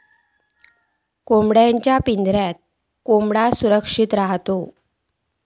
कोंबड्यांच्या पिंजऱ्यात कोंबड्यो सुरक्षित रव्हतत